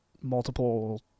multiple